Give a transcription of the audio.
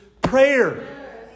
prayer